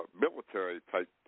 military-type